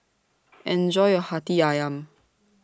Enjoy your Hati Ayam